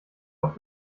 auf